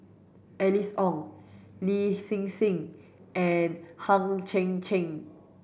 Alice Ong Lin Hsin Hsin and Hang Chang Chieh